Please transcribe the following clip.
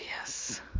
yes